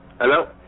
Hello